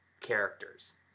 characters